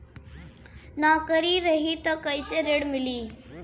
नौकरी रही त कैसे ऋण मिली?